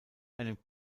einem